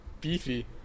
beefy